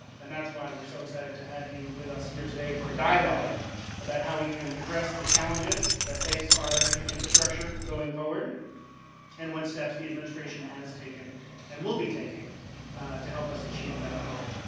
and that's why we're so excited to have you with us here today for a dialogue about how we can address the challenges that face our electric infrastructure going forward and what steps the administration has taken and will be taking to help us achieve that goal.